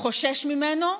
חושש ממנו?